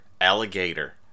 Alligator